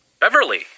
Beverly